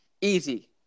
Easy